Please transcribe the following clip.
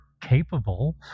capable